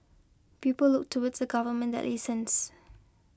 people look towards a government that listens